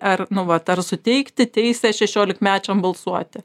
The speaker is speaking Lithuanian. ar nu vat ar suteikti teisę šešiolikmečiam balsuoti